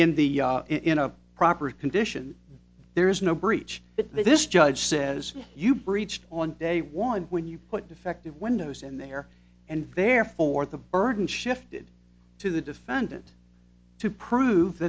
in the in a proper condition there is no breach that this judge says you breached on day one when you put defective windows in there and therefore the burden shifted to the defendant to prove